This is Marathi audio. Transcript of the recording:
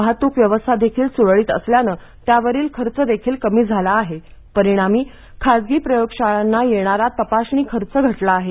वाहतूक व्यवस्था देखील सुरळीत असल्यानं त्यावरील खर्च देखील कमी झाला आहे परिणामी खासगी प्रयोगशाळांना येणारा तपासणी खर्च घटला आहे